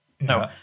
No